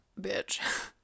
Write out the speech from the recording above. bitch